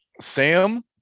Sam